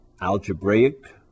algebraic